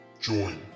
Join